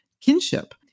kinship